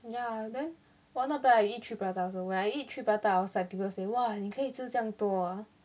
ya then !wah! not bad ah you eat three prata also when I eat three prata outside people say !wah! 你可以吃这样多啊